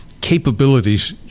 capabilities